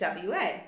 WA